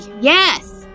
Yes